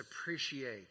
appreciate